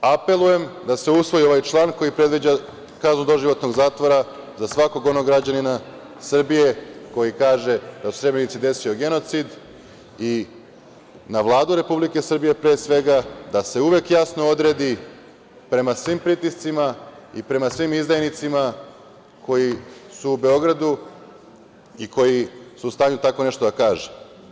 Apelujem da se usvoji ovaj član koji predviđa kaznu doživotnog zatvora za svakog onog građanina Srbije koji kaže da se u Srebrenici desio genocid i na Vladu Republike Srbije, pre svega da se uvek jasno odredi prema svim pritiscima i prema svim izdajnicima koji su u Beogradu i koji su u stanju tako nešto da kažu.